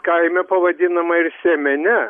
kaime pavadinama ir sėmene